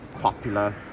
popular